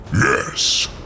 Yes